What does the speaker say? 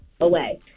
away